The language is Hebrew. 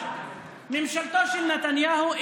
ממשלתו של בנימין נתניהו,